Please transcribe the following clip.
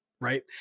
right